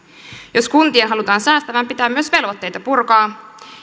jos kuntien halutaan säästävän pitää myös velvoitteita purkaa